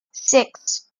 six